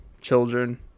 children